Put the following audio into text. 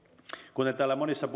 kuten täällä monissa